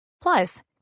Plus